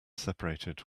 separated